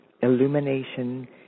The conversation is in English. illumination